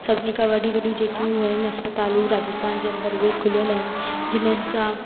सभिनी खां वॾी वॾी जेकियूं आहिनि अस्पतालूं राजस्थान जे अंदरि उहे खुलियलु आहिनि जंहिंसां